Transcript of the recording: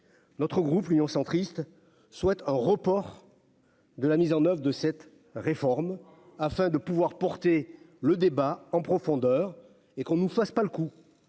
notre groupe Union centriste souhaite un report. De la mise en oeuvre de cette réforme afin de pouvoir porter le débat en profondeur et qu'on nous fasse pas le coup